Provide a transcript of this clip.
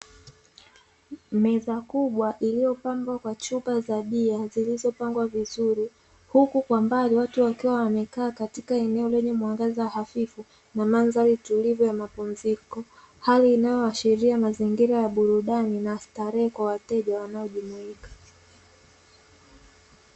Meza kubwa iliyopambwa kwa chupa za bia zilizopangwa vizuri, huku kwa mbali watu wakiwa wamekaa katika eneo lenye mwangaza hafifu, na mandhari tulivu ya mapumziko, hali inayoashiria mazingira ya burudani, na starehe kwa wateja wanaojumuika.